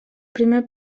primer